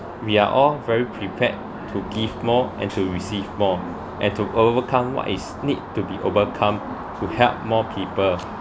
we are all very prepared to give more and to receive more and to overcome what is need to be overcome to help more people